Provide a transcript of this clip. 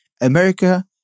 America